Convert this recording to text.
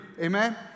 Amen